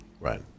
Right